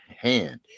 hand